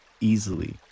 easily